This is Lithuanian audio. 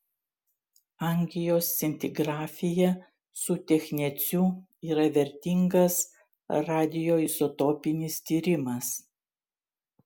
angioscintigrafija su techneciu yra vertingas radioizotopinis tyrimas